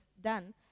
done